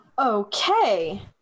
Okay